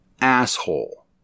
asshole